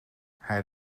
hij